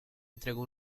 entregó